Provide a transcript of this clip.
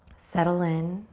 settle in.